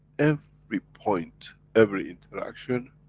every point, every interaction,